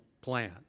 plan